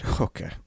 Okay